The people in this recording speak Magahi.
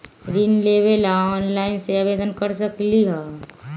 ऋण लेवे ला ऑनलाइन से आवेदन कर सकली?